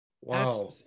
Wow